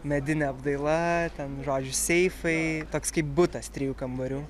medinė apdaila ten žodžiu seifai toks kaip butas trijų kambarių